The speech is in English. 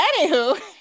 Anywho